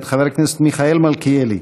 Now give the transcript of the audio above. מאת חבר הכנסת מיכאל מלכיאלי,